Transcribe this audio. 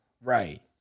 Right